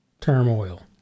turmoil